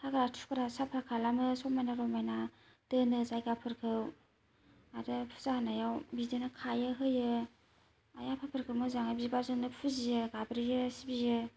हाग्रा थुग्रा साफा खालामो समायना रमायना दोनो जायगाफोरखौ आरो फुजा होनायाव बिदिनो खायो होयो आइ आफा फोरखौ मोजांङै बिबारजोंनो फुजियो गाबज्रियो सिबियो